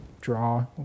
draw